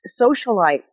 socialites